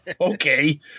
Okay